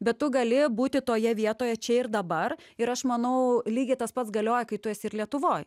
bet tu gali būti toje vietoje čia ir dabar ir aš manau lygiai tas pats galioja kai tu esi ir lietuvoj